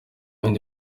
bindi